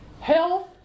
health